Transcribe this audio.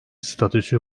statüsü